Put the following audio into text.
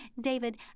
David